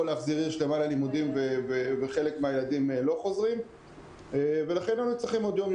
הינו צריכים עוד יום,